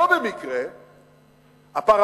לא במקרה הפרמטר